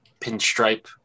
pinstripe